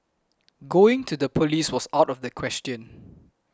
going to the police was out of the question